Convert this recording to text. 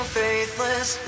faithless